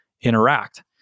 interact